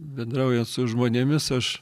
bendraujant su žmonėmis aš